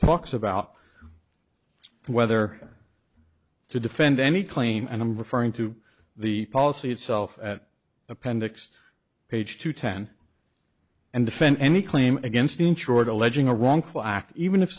talks about whether to defend any claim and i'm referring to the policy itself at appendix page two ten and defend any claim against the insured alleging a wrongful act even if